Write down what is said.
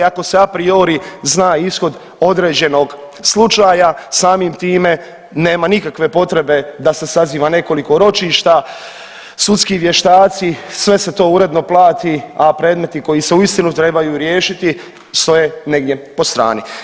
Ako se a priori zna ishod određenog slučaja samim time nema nikakve potrebe da se saziva nekoliko ročišta, sudski vještaci, sve se to uredno plati, a predmeti koji se uistinu trebaju riješiti stoje negdje po strani.